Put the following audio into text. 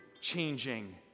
changing